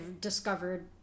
discovered